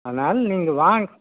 அதனால் நீங்கள் வாங்க